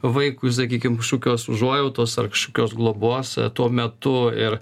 vaikui sakykim kažkokios užuojautos ar kažkokios globos tuo metu ir